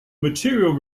material